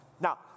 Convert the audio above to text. Now